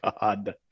god